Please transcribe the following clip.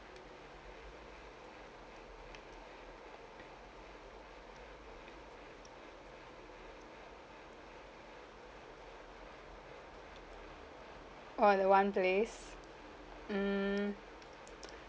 oh that one place mm